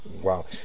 Wow